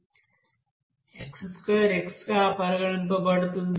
x2 x గా పరిగణించబడుతుంది